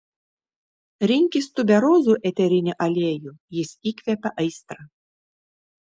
rinkis tuberozų eterinį aliejų jis įkvepia aistrą